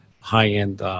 high-end